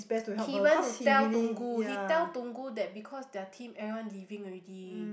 he went to tell Tunggu he tell Tunggu that because their team everyone leaving already